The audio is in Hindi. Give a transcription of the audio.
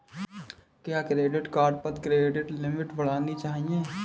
क्या क्रेडिट कार्ड पर क्रेडिट लिमिट बढ़ानी चाहिए?